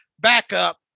backup